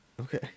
Okay